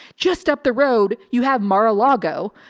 just up the road you have mar a lago.